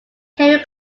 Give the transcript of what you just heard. carry